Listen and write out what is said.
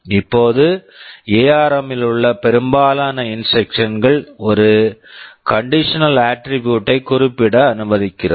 இப்போது ARM ARM இல் உள்ள பெரும்பாலான இன்ஸ்ட்ரக்க்ஷன்ஸ் instructions கள் ஒரு கண்டிஷன் ஆட்ரிபூட் condition attribute ஐ குறிப்பிட அனுமதிக்கிறது